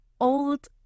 old